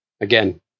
Again